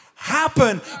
Happen